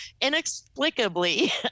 Inexplicably